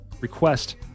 Request